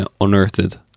unearthed